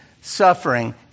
suffering